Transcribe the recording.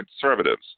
conservatives